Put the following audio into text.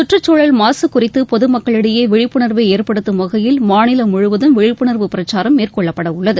சுற்றுச்சூழல் மாசு குறித்து ் பொதுமக்களிடையே விழிப்புணர்வை ஏற்படுத்தம் வகையில் மாநிலம் முழுவதும் விழிப்புணர்வு பிரச்சாரம் மேற்கொள்ளப்படவுள்ளது